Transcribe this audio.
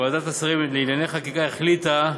ועדת השרים לענייני חקיקה החליטה